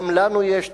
גם לנו יש תותחים,